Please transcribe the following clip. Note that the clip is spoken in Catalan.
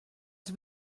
als